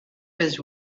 was